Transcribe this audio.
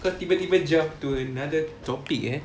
kau tiba-tiba jump to another topic eh